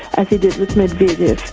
as he did with medvedev